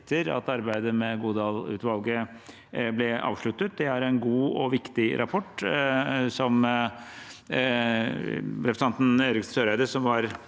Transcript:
at arbeidet med Godal-utvalget ble avsluttet. Det er en god og viktig rapport. Som representanten Eriksen Søreide – som var